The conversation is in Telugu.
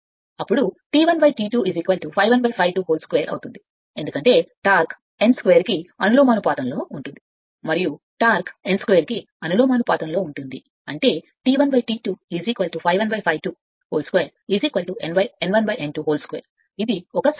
చెప్పండి అప్పుడు అది T1T2 ∅1 ∅22అవుతుంది ఎందుకంటే టార్క్ ∅ 2కి అనులోమానుపాతంలో ఉంటుంది మరియు టార్క్ n2కి అనులోమానుపాతంలో ఉంటుంది అంటే T1 T2 ∅1 ∅22 n1 n22 ఇది ఒక సమీకరణం 3